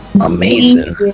Amazing